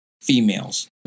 females